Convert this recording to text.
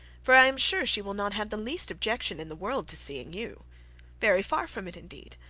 for i am sure she will not have the least objection in the world to seeing you very far from it, indeed.